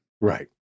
Right